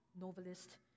novelist